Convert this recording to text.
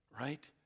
right